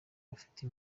bafite